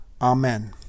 Amen